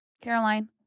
Caroline